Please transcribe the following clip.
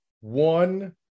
One